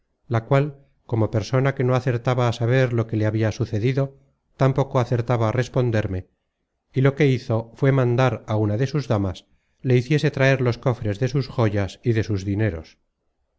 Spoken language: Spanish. la cual como persona que no acertaba á saber lo que le habia sucedido tampoco acertaba á responderme y lo que hizo fué mandar á una de sus damas le hiciese traer los cofres de sus joyas y de sus dineros